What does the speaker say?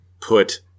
put